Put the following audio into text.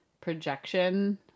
projection